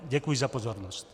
Děkuji za pozornost.